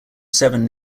seven